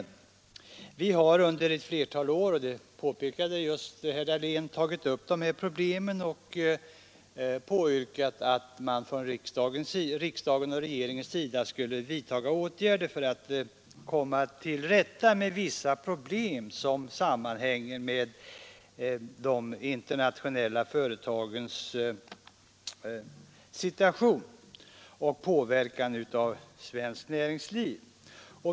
Som herr Dahlén påpekade har vi under ett flertal år från folkpartiet tagit upp dem och påyrkat att regering och riksdag skulle vidtaga åtgärder för att komma till rätta med vissa problem som sammanhänger med de internationella företagens inverkan på svenskt näringsliv.